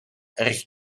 erg